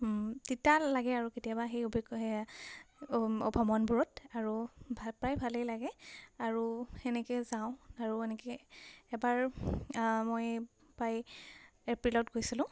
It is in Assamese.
তিতা লাগে আৰু কেতিয়াবা সেই অভি সেয়া ভ্ৰমণবোৰত আৰু প্ৰায় ভালেই লাগে আৰু সেনেকৈ যাওঁ আৰু এনেকৈ এবাৰ মই প্ৰায় এপ্ৰিলত গৈছিলোঁ